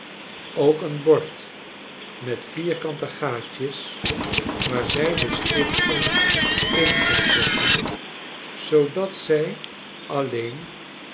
ook een bord met vierkante gaatje waar zij dc stiften in kon zetten zoodat zij alleen